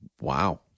Wow